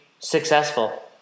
successful